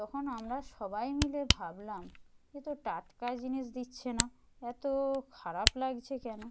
তখন আমরা সবাই মিলে ভাবলাম এটা টাটকা জিনিস দিচ্ছে না এতো খারাপ লাগছে কেন